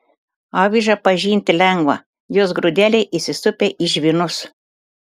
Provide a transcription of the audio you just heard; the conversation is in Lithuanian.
avižą pažinti lengva jos grūdeliai įsisupę į žvynus